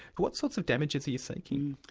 what sorts of damages are you seeking?